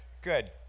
Good